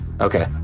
Okay